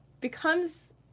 becomes